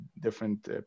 different